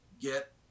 Get